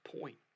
point